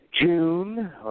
June